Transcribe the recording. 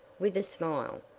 with a smile.